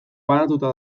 banatuta